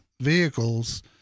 vehicles